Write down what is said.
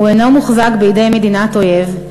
הוא אינו מוחזק בידי מדינת אויב,